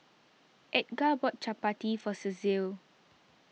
Edgar bought Chapati for Cecil